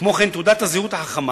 כמו כן, "תעודת הזהות החכמה",